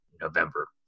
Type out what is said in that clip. November